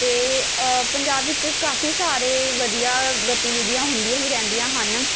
ਅਤੇ ਪੰਜਾਬ ਵਿੱਚ ਕਾਫੀ ਸਾਰੇ ਵਧੀਆ ਗਤੀਵਿਧੀਆਂ ਹੁੰਦੀਆਂ ਹੀ ਰਹਿੰਦੀਆਂ ਹਨ